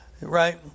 right